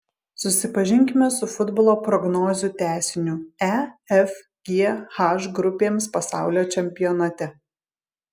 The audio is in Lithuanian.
susipažinkime su futbolo prognozių tęsiniu e f g h grupėms pasaulio čempionate